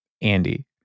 Andy